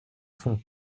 fond